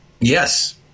Yes